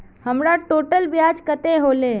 हमर टोटल ब्याज कते होले?